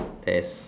there's